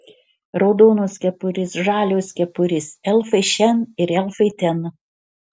raudonos kepurės žalios kepurės elfai šen ir elfai ten